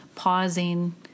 Pausing